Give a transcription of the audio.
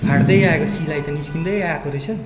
त्यो फाट्दै आएको सिलाई त निस्किँदै आएको रहेछ